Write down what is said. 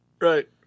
right